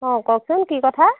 অঁ কওঁকচোন কি কথা